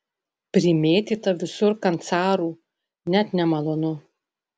primėtyta visur kancarų net nemalonu